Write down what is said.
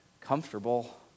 comfortable